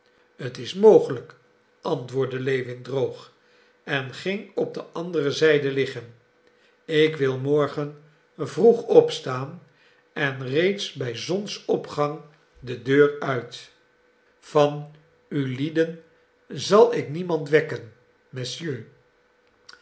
t is mogelijk antwoordde lewin droog en ging op de andere zijde liggen ik wil morgen vroeg opstaan en reeds bij zonsopgang de deur uit van ulieden zal ik niemand wekken